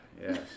Yes